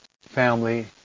family